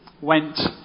went